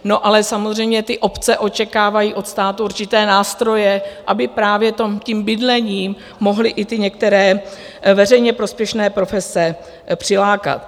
No ale samozřejmě obce očekávají od státu určité nástroje, aby právě tím bydlením mohly i ty některé veřejně prospěšné profese přilákat.